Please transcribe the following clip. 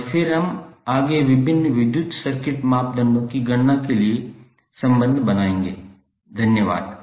और फिर हम आगे विभिन्न विद्युत सर्किट मापदंडों की गणना के लिए संबंध बनाएंगे धन्यवाद